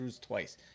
twice